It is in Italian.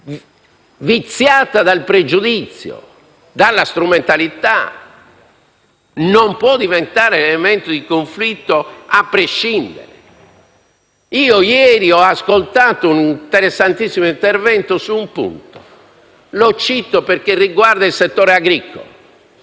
viziata dal pregiudizio o dalla strumentalità, non può diventare elemento di conflitto a prescindere. Ieri ho ascoltato un interessantissimo intervento su un punto, che cito perché riguarda il settore agricolo.